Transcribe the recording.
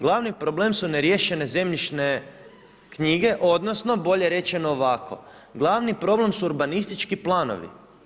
Glavni problem su neriješene zemljišne knjige, odnosno bolje rečeno ovako: glavni problem su urbanistički planovi.